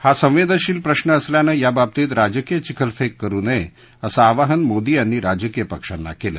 हा संवेदनशील प्रश्न असल्यानं याबाबतीत राजकीय चिखलफेक करु नये असं आवाहन मोदी यांनी राजकीय पक्षांना केलं